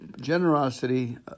generosity